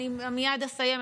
אני מייד אסיים.